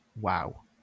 wow